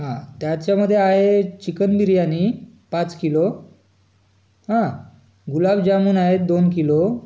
हा त्याच्यामध्ये आहे चिकन बिर्याणी पाच किलो हा गुलाब जामून आहेत दोन किलो